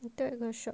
the third got a shock